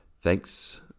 Thanks